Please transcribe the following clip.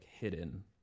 hidden